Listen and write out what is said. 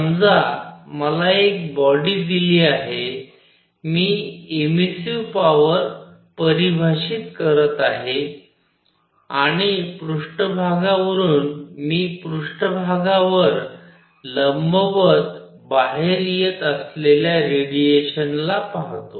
समजा मला एक बॉडी दिली आहे मी इमिसिव्ह पॉवर परिभाषित करीत आहे आणि पृष्ठभागावरून मी पृष्ठभागावर लंबवत बाहेर येत असलेल्या रेडिएशन पाहतो